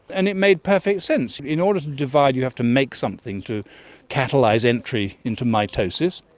and it made perfect sense. in order to divide you have to make something to catalyse entry into mitosis,